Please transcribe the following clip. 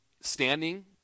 standing